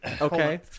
okay